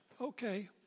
okay